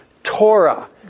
Torah